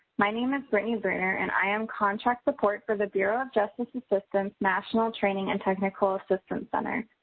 my name is brittany bruner and i am contract support for the bureau of justice assistance, national training and technical assistance center.